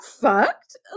fucked